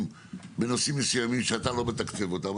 בנושאים מסוימים שאתה לא מתקצב אותם,